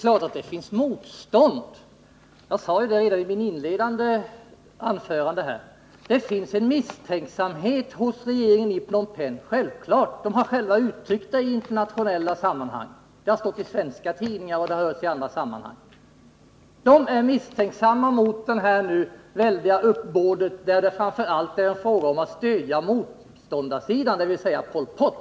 Herr talman! Det är klart att det finns motstånd — det sade jag redan i mitt första anförande. Det finns en misstänksamhet hos regeringen i Phnom Penh. Det har man själv uttryckt i internationella sammanhang. Det har stått i svenska tidningar, och det har kommit fram på annat sätt. Regeringen är misstänksam mot det väldiga uppbåd som framför allt syftar till att stödja motståndarsidan, dvs. Pol Pot.